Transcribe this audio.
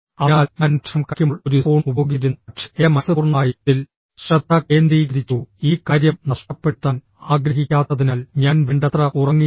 അതിനാൽ ഞാൻ ഭക്ഷണം കഴിക്കുമ്പോൾ ഒരു സ്പൂൺ ഉപയോഗിച്ചിരുന്നു പക്ഷേ എന്റെ മനസ്സ് പൂർണ്ണമായും ഇതിൽ ശ്രദ്ധ കേന്ദ്രീകരിച്ചു ഈ കാര്യം നഷ്ടപ്പെടുത്താൻ ആഗ്രഹിക്കാത്തതിനാൽ ഞാൻ വേണ്ടത്ര ഉറങ്ങിയില്ല